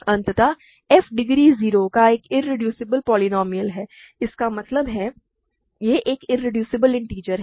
अत f degree 0 का एक इरेड्यूसिबल पोलीनोमिअल है इसका मतलब है यह एक इरेड्यूसबल इन्टिजर है